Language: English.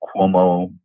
Cuomo